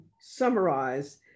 summarize